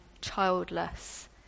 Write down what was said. childless